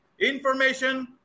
information